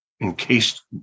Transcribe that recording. encased